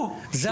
אנחנו